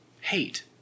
Hate